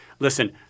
Listen